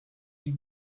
les